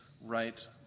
right